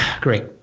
Great